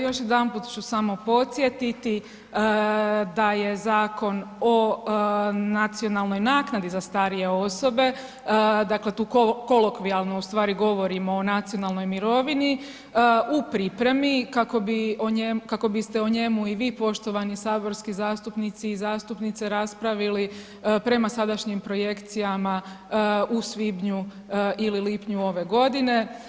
Dakle još jedanput ću samo podsjetiti da je Zakon o nacionalnoj naknadi za starije osobe dakle tu kolokvijalno ustvari govorimo o nacionalnoj mirovini, u pripremi kako biste o njemu i vi poštovani saborski zastupnici i zastupnice raspravili prema sadašnjim projekcijama u svibnju ili lipnju ove godine.